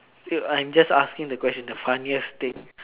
dude I'm just asking the question the funniest thing